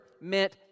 meant